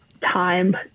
time